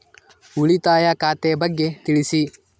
ಉಳಿತಾಯ ಖಾತೆ ಬಗ್ಗೆ ತಿಳಿಸಿ?